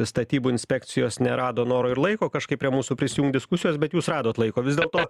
statybų inspekcijos nerado noro ir laiko kažkaip prie mūsų prisijungt diskusijos bet jūs radot laiko vis dėlto